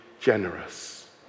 generous